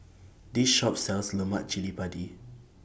This Shop sells Lemak Cili Padi